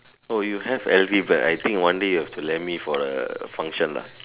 oh you have L_V bag I think one day you have to lend me for the function lah